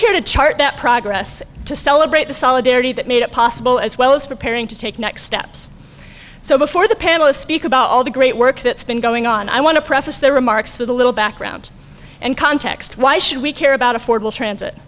chart that progress to celebrate the solidarity that made it possible as well as preparing to take next steps so before the panelists speak about all the great work that's been going on i want to preface their remarks with a little background and context why should we care about affordable transit